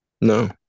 No